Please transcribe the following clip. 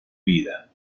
vida